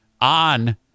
on